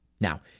Now